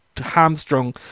hamstrung